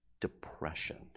depression